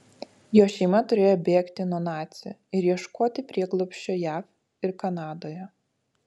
jo šeima turėjo bėgti nuo nacių ir ieškoti prieglobsčio jav ir kanadoje